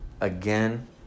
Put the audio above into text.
again